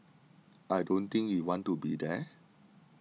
I don't think we want to be there